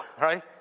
right